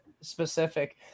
specific